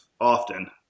often